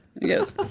Yes